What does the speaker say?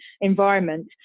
environment